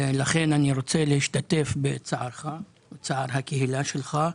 לכן אני רוצה להשתתף בצערך וצער הקהילה שלך.